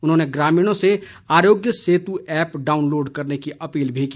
उन्होंने ग्रामीणों से आरोग्य सेतु ऐप डाउनलोड करने की अपील भी की